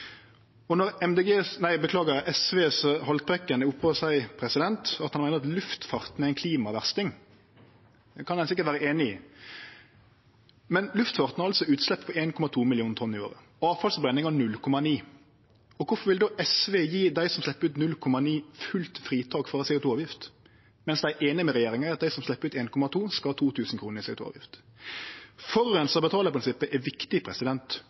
SVs Haltbrekken seier at luftfarten er ein klimaversting. Det kan ein sikkert vere einig i. Luftfarten har utslepp på 1,2 millionar tonn i året. Avfallsforbrenning har 0,9. Kvifor vil då SV gje dei som slepper ut 0,9, fullt fritak for CO 2 -avgift, medan dei er einig med regjeringa i at dei som slepper ut 1,2, skal ha 2 000 kr i CO 2 -avgift? Forureinaren betaler-prinsippet er viktig